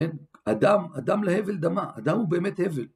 אדם, אדם להבל דמה, אדם הוא באמת הבל.